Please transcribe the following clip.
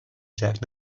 jack